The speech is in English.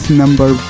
number